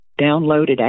downloaded